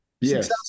Yes